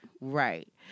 Right